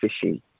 fishing